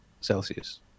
Celsius